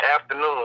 afternoon